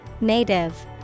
Native